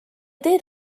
teed